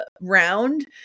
round